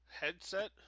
headset